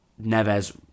Neves